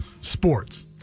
sports